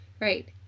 Right